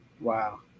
Wow